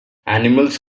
animals